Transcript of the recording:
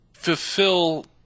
Fulfill